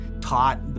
taught